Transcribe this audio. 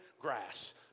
grass